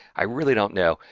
i really don't know.